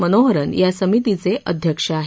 मनोहरन या समितीचे अध्यक्ष आहेत